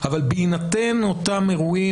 אבל בהינתן אותם אירועים,